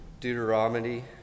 Deuteronomy